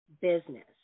business